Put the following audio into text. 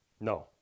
no